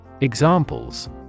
Examples